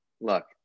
look